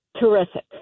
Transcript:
terrific